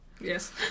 Yes